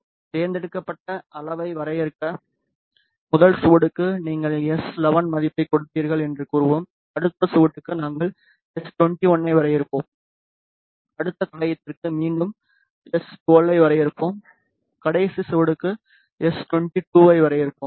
தேர்ந்தெடுக்கப்பட்ட அளவை வரையறுக்க முதல் சுவடுக்கு நீங்கள் எஸ்11 மதிப்பைக் கொடுப்பீர்கள் என்று கூறுவோம் அடுத்த சுவட்டுக்கு நாங்கள் எஸ் ஐ வரையறுப்போம் அடுத்த தடயத்திற்கு மீண்டும் எஸ்12 ஐ வரையறுப்போம் கடைசி சுவடுக்கு எஸ்22 ஐ வரையறுப்போம் சரி